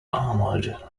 armoured